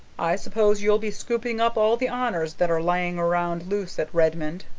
i s'pose you'll be scooping up all the honors that are lying round loose at redmond.